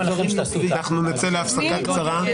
נצא להפסקה קצרה.